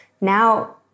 now